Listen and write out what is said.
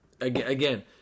Again